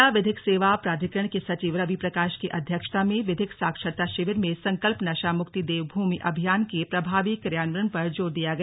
जिला विधिक सेवा प्राधिकारण के सचिव रवि प्रकाश की अध्यक्षता में विधिक साक्षरता शिविर में संकल्प नशा मुक्ति देव भूमि अभियान के प्रभावी क्रियान्वयन पर जोर दिया गया